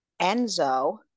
Enzo